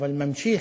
אבל זה ממשיך.